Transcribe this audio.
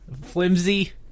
flimsy